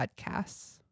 podcasts